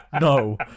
No